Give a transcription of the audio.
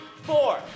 Four